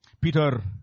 Peter